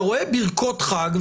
אתה רואה ברכות חג,